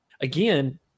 again